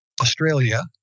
Australia